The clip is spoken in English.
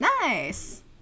Nice